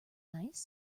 nice